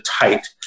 tight